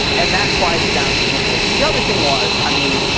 and that quieted down significantly. the other thing was, i mean,